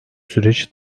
süreç